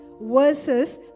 versus